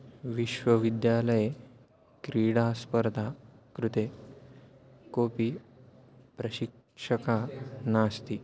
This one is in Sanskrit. विश्वविद्यालये क्रीडास्पर्धा कृते कोपि प्रशिक्षकः नास्ति